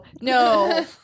no